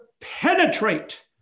penetrate